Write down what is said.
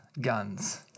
guns